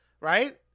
Right